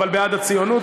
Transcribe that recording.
אבל בעד הציונות,